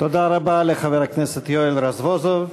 תודה רבה לחבר הכנסת יואל רזבוזוב,